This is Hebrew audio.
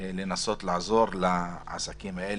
כדי לנסות לעזור לעסקים האלה,